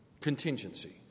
Contingency